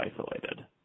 isolated